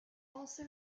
also